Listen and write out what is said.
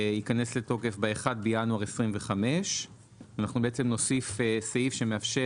תיכנס לתוקף ב-1 בינואר 2025. אנחנו נוסיף סעיף שמאפשר